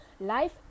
life